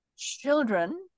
children